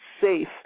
safe